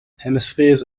hemispheres